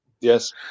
Yes